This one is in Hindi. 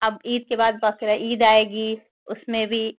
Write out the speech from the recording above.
अब ईद के बाद बकरीद आएगी उसमें भी